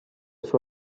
suo